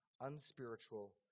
unspiritual